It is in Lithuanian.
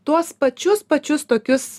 tuos pačius pačius tokius